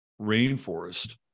rainforest